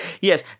Yes